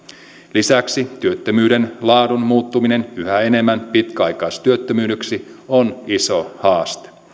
lisäksi työttömyyden laadun muuttuminen yhä enemmän pitkäaikaistyöttömyydeksi on iso haaste